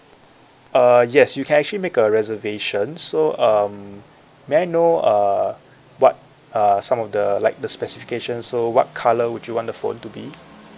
uh yes you can actually make a reservation so um may I know err what are some of the like the specifications so what colour would you want the phone to be